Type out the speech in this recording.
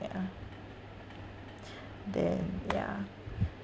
yeah then yeah